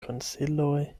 konsiloj